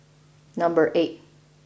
number eight